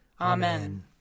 Amen